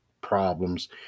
problems